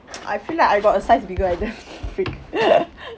I feel like I got a size bigger I just freak